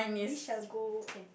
we shall go and